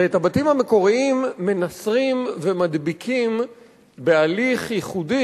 ואת הבתים המקוריים מנסרים ומדביקים בהליך ייחודי,